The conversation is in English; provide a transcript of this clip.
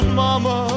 mama